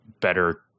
better